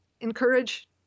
encourage